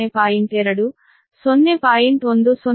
2 0